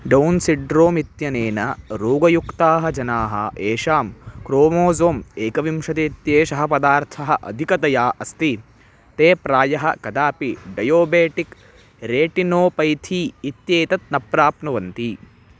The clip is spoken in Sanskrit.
डौन्सिड्रोम् इत्यनेन रोगयुक्ताः जनाः एषां क्रोमोज़ोम् एकविंशतिः इत्येषः पदार्थः अधिकतया अस्ति ते प्रायः कदापि डयोबेटिक् रेटिनोपैथी इत्येतत् न प्राप्नुवन्ति